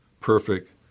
perfect